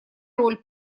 роль